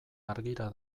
argira